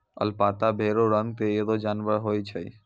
alpaca भेड़ो रंग के एगो जानबर होय छै